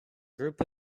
group